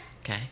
Okay